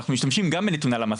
אנחנו משתמשים גם בנתוני הלמ"ס.